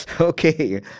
Okay